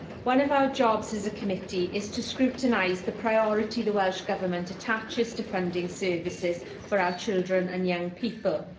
one of our jobs as a committee is to scrutinise the priority the welsh government attaches to funding services for our children and young people.